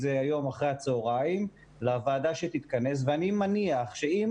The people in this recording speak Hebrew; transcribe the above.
זה היום אחר הצהרים לוועדה שתתכנס ואני מניח שאם